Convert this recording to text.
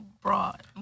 broad